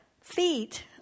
feet